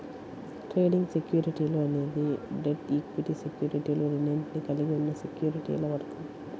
trading సెక్యూరిటీలు అనేది debt, equity సెక్యూరిటీలు రెండింటినీ కలిగి ఉన్న సెక్యూరిటీల వర్గం